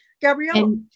Gabrielle